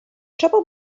trouble